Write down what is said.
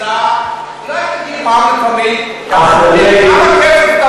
אולי תגיד לי כמה כסף אגודת ישראל קיבלה,